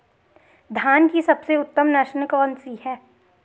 धान की सबसे उत्तम नस्ल कौन सी है?